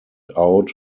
out